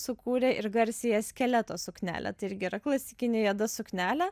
sukūrė ir garsiąją skeleto suknelę tai irgi yra klasikinė juoda suknelė